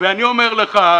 אני אומר לך,